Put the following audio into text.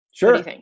Sure